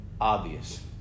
obvious